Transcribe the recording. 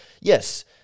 yes